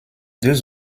deux